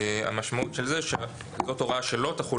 המשמעות של זה היא שזאת הוראה שלא תחול